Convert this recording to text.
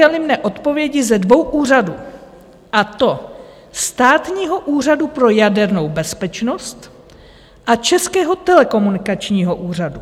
Zaujaly mě odpovědi ze dvou úřadů, a to Státního úřadu pro jadernou bezpečnost a Českého telekomunikačního úřadu.